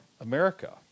America